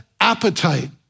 appetite